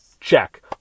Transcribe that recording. check